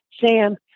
Sam